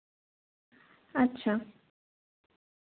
ᱟᱪᱪᱷᱟ